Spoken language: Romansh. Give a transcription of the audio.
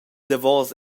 davos